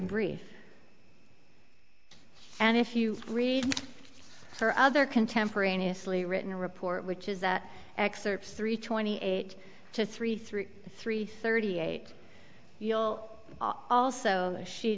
brief and if you read her other contemporaneously written report which is that excerpt three twenty eight to three three three thirty eight feel also a she